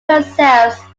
herself